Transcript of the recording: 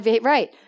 Right